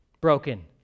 broken